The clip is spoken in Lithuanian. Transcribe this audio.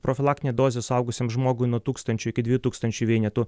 profilaktinė dozė suaugusiam žmogui nuo tūkstančio iki dviejų tūkstančių vienetų